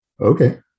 okay